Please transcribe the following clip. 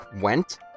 went